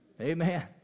Amen